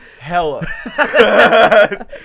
hella